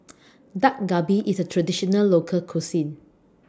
Dak Galbi IS A Traditional Local Cuisine